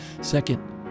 Second